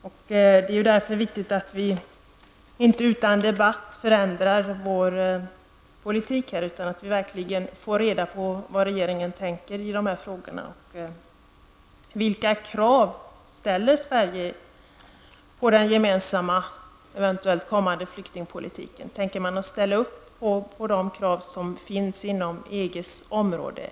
Därför är det viktigt att vi inte utan debatt förändrar vår politik. Det är viktigt att få reda på vad regeringen anser i dessa frågor. Vilka krav ställer Sverige på den kommande och eventuellt gemensamma flyktingpolitiken? Ställer vi upp på de krav som ställs inom EG?